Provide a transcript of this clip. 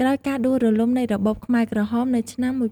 ក្រោយការដួលរលំនៃរបបខ្មែរក្រហមនៅឆ្នាំ១៩៧